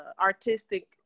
artistic